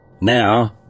Now